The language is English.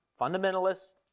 fundamentalists